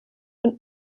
und